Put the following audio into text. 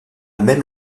même